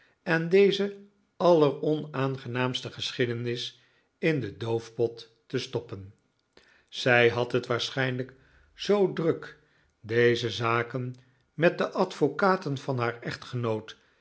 en deze alleronaangenaamste geschiedenis in den doofpot te stoppen zij had het waarschijnlijk zoo druk deze zaken met de advocaten van haar echtgenoot